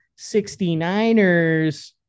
69ers